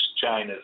China